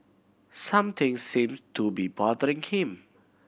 something seem to be bothering him